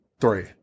three